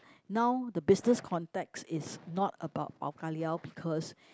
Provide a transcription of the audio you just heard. now the business contect is not about pau-ka-liao because